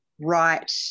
right